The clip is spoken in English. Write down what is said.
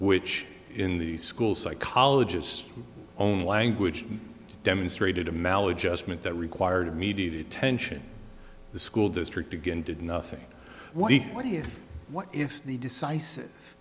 which in the school psychologist own language demonstrated a maladjustment that required immediate attention the school district again did nothing what do you what if the decisive